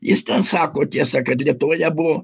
jis ten sako tiesą kad lietuvoje buvo